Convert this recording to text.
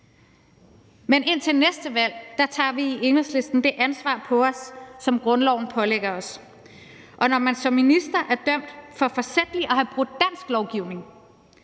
men indtil næste valg tager vi i Enhedslisten det ansvar på os, som grundloven pålægger os. Når man som minister er dømt for forsætligt at have brudt dansk lovgivning,